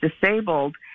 disabled